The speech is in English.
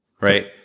Right